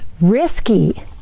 risky